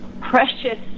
precious